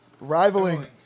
rivaling